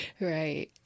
Right